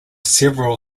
several